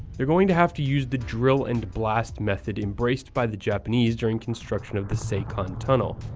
they're going to have to use the drill-and-blast method embraced by the japanese during construction of the seikhan tunnel.